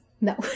No